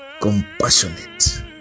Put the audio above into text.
compassionate